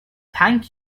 thank